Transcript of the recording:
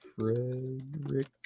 Frederick